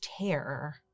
terror